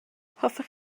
hoffech